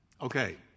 Okay